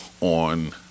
on